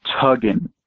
tugging